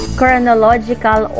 chronological